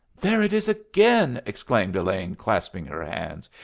there it is again! exclaimed elaine, clasping her hands.